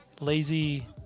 Lazy